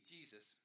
Jesus